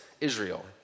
Israel